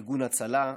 ארגון הצלה,